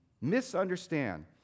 misunderstand